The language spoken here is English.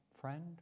friend